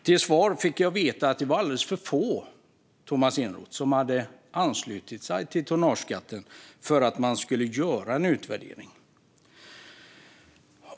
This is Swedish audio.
Till svar fick jag veta att alldeles för få, Tomas Eneroth, hade anslutit sig till tonnageskatten för att man ska göra en utvärdering.